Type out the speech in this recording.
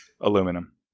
aluminum